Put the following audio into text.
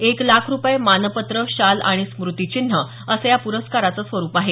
एक लाख रुपये मानपत्र शाल आणि स्मृतीचिन्ह असं या प्रस्काराचं स्वरूप आहे